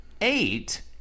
eight